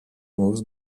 moves